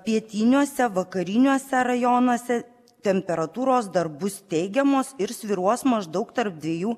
pietiniuose vakariniuose rajonuose temperatūros dar bus teigiamos ir svyruos maždaug tarp dviejų